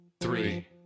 Three